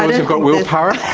ah who've got willpower?